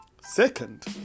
second